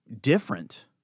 different